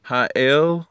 Ha'el